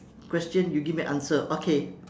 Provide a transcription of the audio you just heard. question you give me answer okay